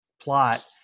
plot